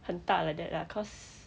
很大 like that lah cause